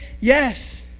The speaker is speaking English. Yes